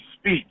speak